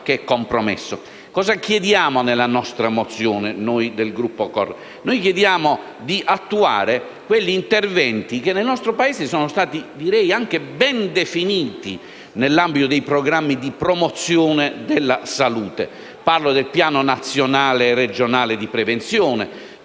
compromesso. Cosa chiediamo con la nostra mozione noi del Gruppo CoR? Chiediamo di attuare quegli interventi che nel nostro Paese sono stati ben definiti nell'ambito dei programmi di promozione della salute. Parlo dei piani nazionale e regionale di prevenzione,